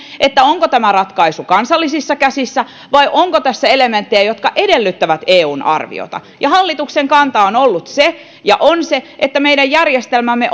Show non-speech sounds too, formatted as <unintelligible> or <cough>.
onko tämä ratkaisu kansallisissa käsissä vai onko tässä elementtejä jotka edellyttävät eun arviota hallituksen kanta on ollut ja on se että meidän järjestelmämme <unintelligible>